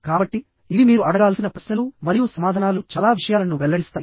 కాబట్టి ఇవి మీరు అడగాల్సిన ప్రశ్నలు మరియు సమాధానాలు చాలా విషయాలను వెల్లడిస్తాయి